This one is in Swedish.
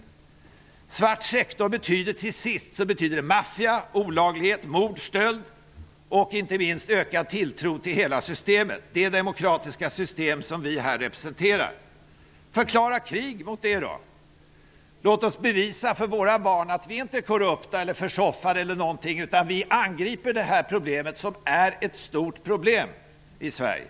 En svart sektor betyder till sist maffia, olagligheter, mord, stöld och -- inte minst -- minskad tilltro till hela systemet, det demokratiska system som vi här representerar. Nå, men låt oss då förklara krig mot fusket. Låt oss bevisa för våra barn att vi inte är korrupta eller försoffade utan vi angriper det här, som är ett stort problem i Sverige.